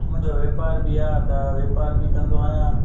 मुंहिंजो वापार बि आहे त वापार बि कंदो आहियां